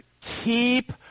keep